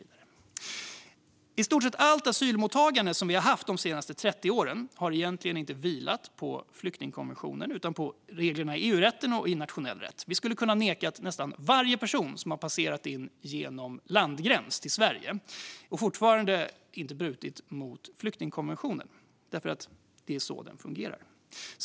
I stort sett har allt asylmottagande som vi har haft de senaste 30 åren egentligen inte vilat på flyktingkonventionen utan på reglerna i EU-rätten och nationell rätt. Vi skulle ha kunnat neka nästan varje person som har passerat in genom landgränsen till Sverige utan att bryta mot flyktingkonventionen. Det är nämligen så den fungerar.